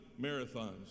marathons